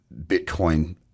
Bitcoin